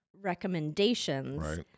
recommendations